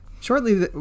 shortly